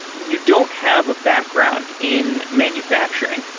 you don't have a background in manufacturing.